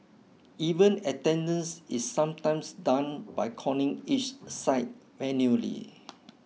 even attendance is sometimes done by calling each site manually